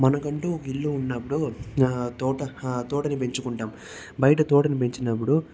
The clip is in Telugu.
మనకంటూ ఒక ఇల్లు ఉన్నప్పుడు తోట తోటని పెంచుకుంటాం బయట తోటను పెంచినప్పుడు